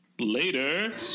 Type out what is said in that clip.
Later